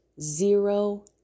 zero